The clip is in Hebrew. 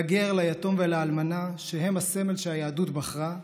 לגר, ליתום ולאלמנה, שהם הסמל שהיהדות בחרה,